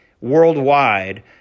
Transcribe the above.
worldwide